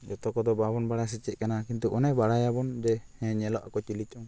ᱡᱚᱛᱚ ᱠᱚᱫᱚ ᱵᱟᱵᱚᱱ ᱵᱟᱲᱟᱭᱟᱥᱮ ᱪᱮᱫ ᱠᱟᱱᱟ ᱠᱤᱱᱛᱩ ᱚᱱᱮ ᱵᱟᱲᱟᱭᱟᱵᱚᱱ ᱡᱮ ᱧᱮᱞᱚᱜ ᱟᱠᱚ ᱪᱤᱞᱤ ᱪᱚᱝ